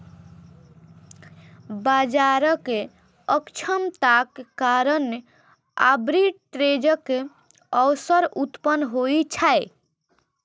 बाजारक अक्षमताक कारण आर्बिट्रेजक अवसर उत्पन्न होइ छै